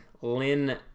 Lynn